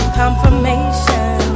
confirmation